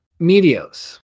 Medios